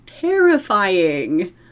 terrifying